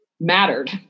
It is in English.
mattered